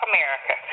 America